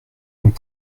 nous